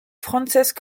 frances